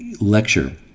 lecture